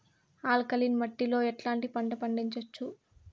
Alkaline మట్టి లో ఎట్లాంటి పంట పండించవచ్చు,?